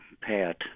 Pat